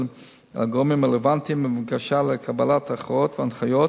הגורמים הרלוונטיים בבקשה לקבלת הכרעות והנחיות,